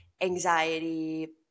anxiety